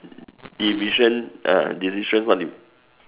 decision uh decision what you